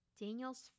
Daniel's